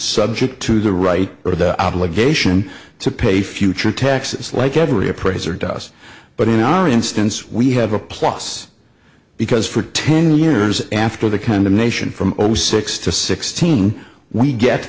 subject to the right or the obligation to pay future texas like every appraiser does but in our instance we have a plus because for ten years after the condemnation from six to sixteen we get